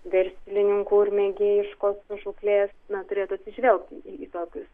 verslininkų ir mėgėjiškos žūklės na turėtų atsižvelgti į tokius